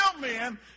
men